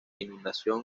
inundación